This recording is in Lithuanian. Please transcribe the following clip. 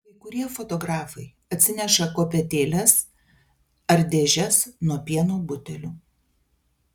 kai kurie fotografai atsineša kopėtėles ar dėžes nuo pieno butelių